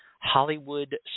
Hollywood